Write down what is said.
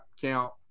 count